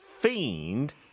fiend